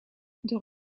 door